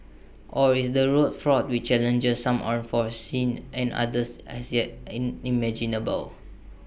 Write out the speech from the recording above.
or is the road fraught with challenges some unforeseen and others as yet unimaginable